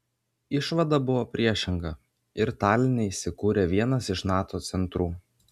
išvada buvo priešinga ir taline įsikūrė vienas iš nato centrų